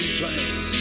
twice